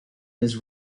his